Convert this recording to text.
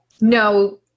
No